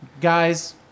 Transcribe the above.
guys